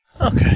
Okay